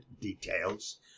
details